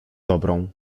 dobrą